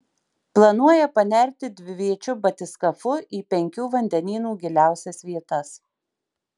planuoja panerti dviviečiu batiskafu į penkių vandenynų giliausias vietas